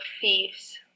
thieves